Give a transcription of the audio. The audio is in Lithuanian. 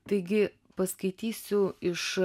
taigi paskaitysiu iš